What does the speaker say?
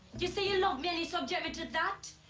you say you love me, and you subject me to that?